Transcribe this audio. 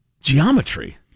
geometry